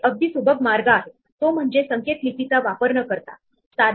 आपण असे गृहीत धरू या की हा स्टॅक उजव्या बाजूला वाढत जात आहे